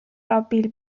رابیل